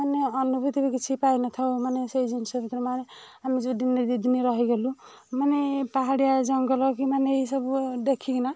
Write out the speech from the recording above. ମାନେ ଅନୁଭୂତି ବି କିଛି ପାଇନଥାଉ ମାନେ ସେଇ ଜିନିଷ ଆମେ ଯୋଉ ଦିନେ ଦୁଇ ଦିନ ରହିଗଲୁ ମାନେ ପାହାଡ଼ିଆ ଜଙ୍ଗଲ କି ମାନେ ଏଇ ସବୁ ଦେଖିକିନା